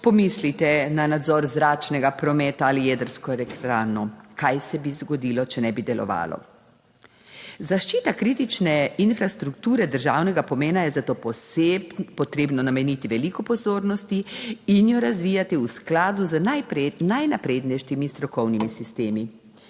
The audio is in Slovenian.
Pomislite na nadzor zračnega prometa ali jedrsko elektrarno, kaj se bi zgodilo, če ne bi delovalo. Zaščita kritične infrastrukture državnega pomena je za to potrebno nameniti veliko pozornosti in jo razvijati v skladu z najnaprednejšimi strokovnimi sistemi.